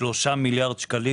כ-3 מיליארד ₪.